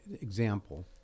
example